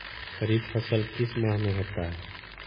खरिफ फसल किस माह में होता है?